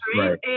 right